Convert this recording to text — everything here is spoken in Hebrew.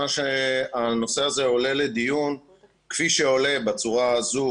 שהנושא הזה עולה לדיון כפי שעולה בצורה הזו,